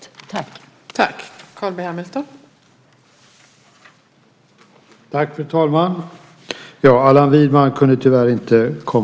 Då Allan Widman, som framställt interpellationen, anmält att han var förhindrad att närvara vid sammanträdet medgav tredje vice talmannen att Carl B Hamilton i stället fick delta i överläggningen.